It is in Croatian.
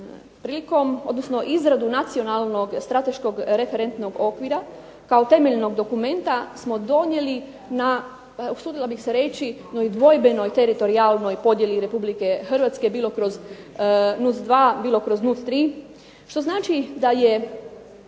primjer. Izradu Nacionalnog strateškog referentnog okvira kao temeljnog dokumenta smo donijeli na dvojbenoj teritorijalnoj podjeli Republike Hrvatske bilo kroz NUC 2 bilo kroz NUC 3 što znači da je